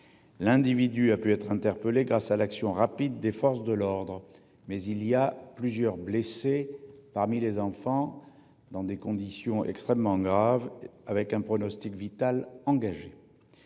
L'individu a pu être interpellé grâce à l'action rapide des forces de l'ordre mais il y a plusieurs blessés parmi les enfants dans des conditions extrêmement grave avec un pronostic vital engagé.